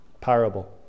parable